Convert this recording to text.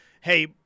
hey